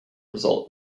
result